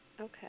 Okay